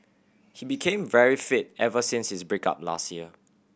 he became very fit ever since his break up last year